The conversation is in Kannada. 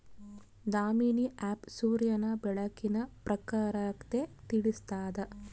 ದಾಮಿನಿ ಆ್ಯಪ್ ಸೂರ್ಯನ ಬೆಳಕಿನ ಪ್ರಖರತೆ ತಿಳಿಸ್ತಾದ